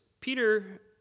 Peter